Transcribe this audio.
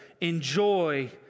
enjoy